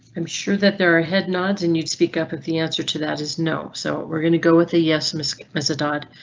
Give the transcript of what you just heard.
i'm sure that there are head nods and you speak up if the answer to that is no, so we're going to go with a yes miss miss dodd.